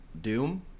Doom